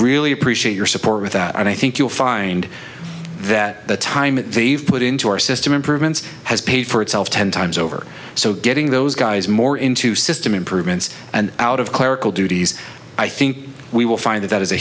really appreciate your support with that and i think you'll find that the time that they've put into our system improvements has paid for itself ten times over so getting those guys more into system improvements and out of clerical duties i think we will find that that is a